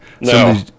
No